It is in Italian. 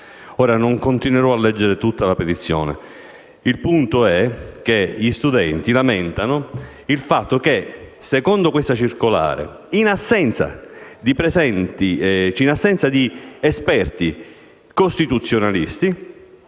Ora non concluderò la lettura della petizione; il punto è che gli studenti lamentano il fatto che, secondo questa circolare, in assenza di esperti costituzionalisti,